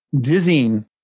dizzying